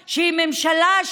כשיש לך צי